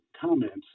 comments